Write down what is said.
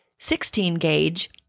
16-gauge